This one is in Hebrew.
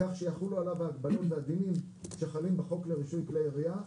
כך שיחולו עליו ההגבלות והדינים שחלים בחוק לרישוי כלי ירייה,